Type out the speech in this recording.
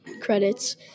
credits